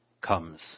comes